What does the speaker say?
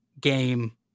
game